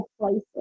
places